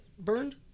burned